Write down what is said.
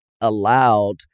allowed